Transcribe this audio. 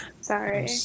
Sorry